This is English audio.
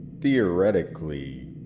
theoretically